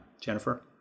Jennifer